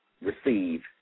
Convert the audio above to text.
Receive